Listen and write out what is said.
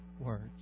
words